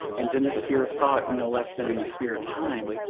and in the sphere of thought, no less than in the sphere of time,